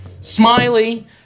Smiley